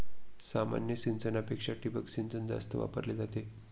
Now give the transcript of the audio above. सामान्य सिंचनापेक्षा ठिबक सिंचन जास्त वापरली जाते